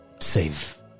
Save